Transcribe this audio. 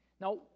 Now